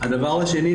הדבר השני,